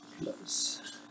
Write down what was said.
plus